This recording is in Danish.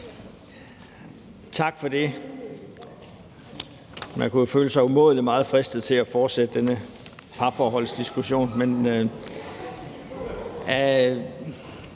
Tak for det. Man kunne jo føle sig umådelig fristet til at fortsætte denne parforholdsdiskussion.